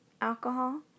alcohol